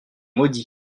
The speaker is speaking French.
maudits